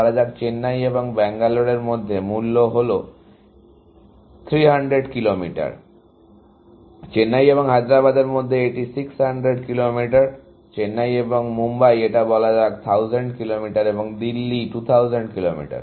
ধরা যাক চেন্নাই এবং ব্যাঙ্গালোরের মধ্যে মূল্য হলো 300 কিলোমিটার চেন্নাই এবং হায়দ্রাবাদের মধ্যে এটি 600 কিলোমিটার চেন্নাই এবং মুম্বাই এটা বলা যাক 1000 কিলোমিটার এবং দিল্লি 2000 কিলোমিটার